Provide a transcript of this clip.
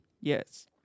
Yes